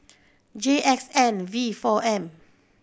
J X N V four M